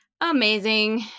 amazing